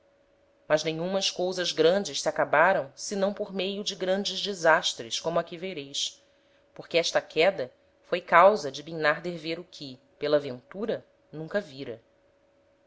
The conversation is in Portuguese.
mas nenhumas cousas grandes se acabaram senão por meio de grandes desastres como aqui vereis porque esta queda foi causa de bimnarder ver o que pela ventura nunca vira